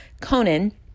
Conan